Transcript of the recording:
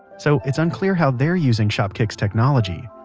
so it's unclear how they're using shopkick's technology.